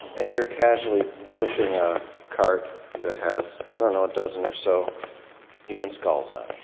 and you're casually pushing cart that has, i don't know, a dozen or so human skulls on